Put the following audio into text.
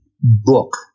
book